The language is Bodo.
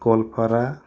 गलपारा